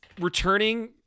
returning